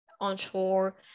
onshore